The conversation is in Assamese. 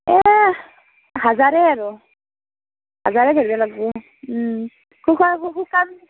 হাজাৰেই আৰু হাজাৰেই ধৰিব লাগব' শুকান